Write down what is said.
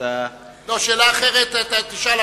שאלה אחרת אתה תשאל,